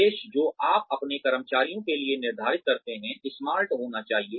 उद्देश्य जो आप अपने कर्मचारियों के लिए निर्धारित करते हैं स्मार्ट होना चाहिए